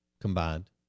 combined